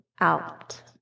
out